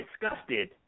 disgusted